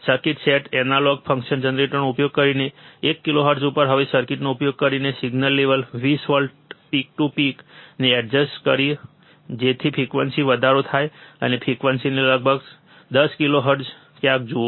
circuit set analog function જનરેટરનો ઉપયોગ કરીને 1 કિલોહર્ટ્ઝ ઉપર હવે સર્કિટનો ઉપયોગ કરીને સિગ્નલ લેવલ 20 વોલ્ટની પીક ટુ પીકને એડજસ્ટ કરો જેથી ફ્રીક્વન્સીમાં વધારો થાય અને ફ્રીક્વન્સીને લગભગ 10 કિલોહર્ટ્ઝ ક્યાંક જુઓ